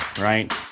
right